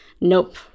nope